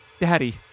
Daddy